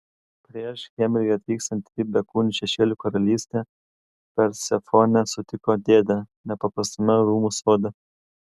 prieš hermiui atvykstant į bekūnių šešėlių karalystę persefonė sutiko dėdę nepaprastame rūmų sode